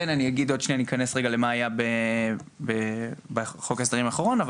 כן אני אגיד ועוד שנייה אני אכנס למה שהיה בחוק ההסדרים האחרון,